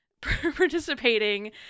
participating